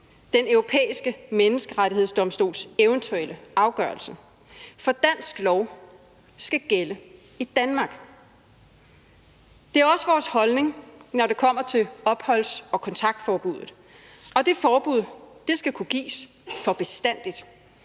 Den Europæiske Menneskerettighedsdomstols eventuelle afgørelse, for dansk lov skal gælde i Danmark. Det er også vores holdning, når det kommer til opholds- og kontaktforbuddene, og de forbud skal kunne gives for bestandig